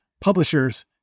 publishers